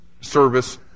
service